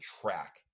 track